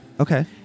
Okay